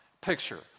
picture